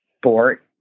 sport